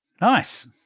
Nice